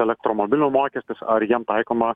elektromobilių mokestis ar jiem taikoma